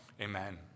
Amen